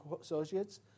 associates